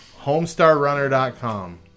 HomestarRunner.com